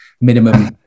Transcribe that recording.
minimum